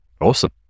Awesome